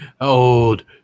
old